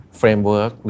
framework